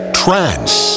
trance